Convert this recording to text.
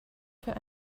für